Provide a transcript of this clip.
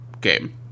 game